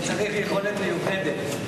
צריך יכולת מיוחדת.